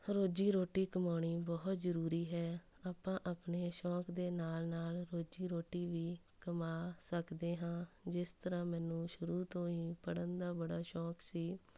ਰੋਜ਼ੀ ਰੋਟੀ ਕਮਾਉਣੀ ਬਹੁਤ ਜ਼ਰੂਰੀ ਹੈ ਆਪਾਂ ਆਪਣੇ ਸ਼ੌਕ ਦੇ ਨਾਲ਼ ਨਾਲ਼ ਰੋਜ਼ੀ ਰੋਟੀ ਵੀ ਕਮਾ ਸਕਦੇ ਹਾਂ ਜਿਸ ਤਰ੍ਹਾਂ ਮੈਨੂੰ ਸ਼ੁਰੂ ਤੋਂ ਹੀ ਪੜ੍ਹਨ ਦਾ ਬੜਾ ਸ਼ੌਕ ਸੀ